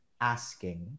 asking